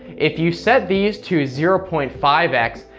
if you set these to zero point five x,